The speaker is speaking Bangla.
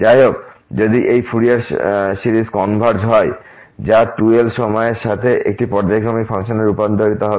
যাইহোক যদি এই ফুরিয়ার সিরিজ কনভারজ হয় যা 2l সময়ের সাথে একটি পর্যায়ক্রমিক ফাংশনে রূপান্তরিত হবে